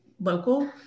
local